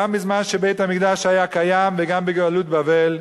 גם בזמן שבית-המקדש היה קיים וגם בגלות בבל,